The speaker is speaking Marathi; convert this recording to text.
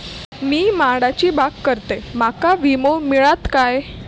मी माडाची बाग करतंय माका विमो मिळात काय?